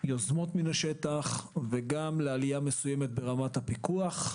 יוזמות מן השטח, וגם לעלייה מסוימת ברמת הפיקוח,